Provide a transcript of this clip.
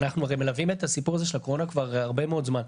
אנחנו הרי מלווים את הסיפור הזה של הקורונה כבר הרבה מאוד זמן,